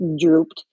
drooped